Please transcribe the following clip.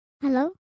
Hello